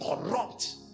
corrupt